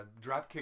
Dropkick